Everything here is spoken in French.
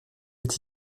est